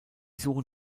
suchen